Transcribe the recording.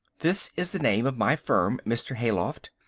this is the name of my firm, mr. hayloft.